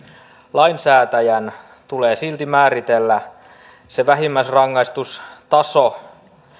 lainsäätäjän tulee silti määritellä se vähimmäisrangaistustaso